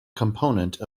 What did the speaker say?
component